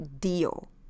deal